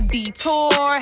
detour